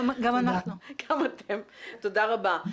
תודה רבה.